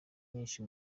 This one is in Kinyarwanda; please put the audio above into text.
nyinshi